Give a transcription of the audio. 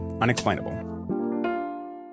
unexplainable